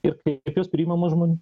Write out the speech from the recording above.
ir kaip jos priimamos žmonių